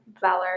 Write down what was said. Valor